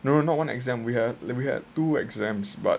no no not one exam we have we had two exams but